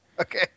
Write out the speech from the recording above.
Okay